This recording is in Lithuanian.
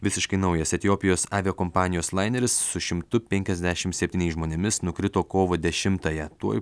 visiškai naujas etiopijos aviakompanijos laineris su šimtu penkiasdešim septyniais žmonėmis nukrito kovo dešimtąją tuoj